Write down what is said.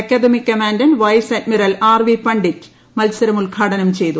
academy commandant vice admiral R P Pandit മത്സരം ഉദ്ഘാടനം ചെയ്തു